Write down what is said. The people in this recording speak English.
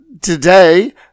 today